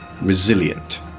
Resilient